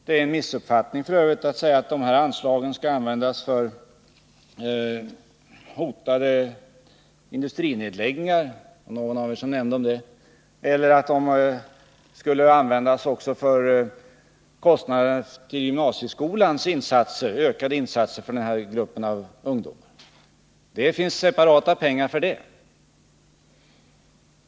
Det är en missuppfattning att säga att dessa anslag skall användas då industrinedläggningar hotar, det var någon av er som nämnde det, eller att de skulle användas för gymnasieskolans ökade kostnader med anledning av dess insatser för denna grupp ungdomar. Det finns separata pengar för det.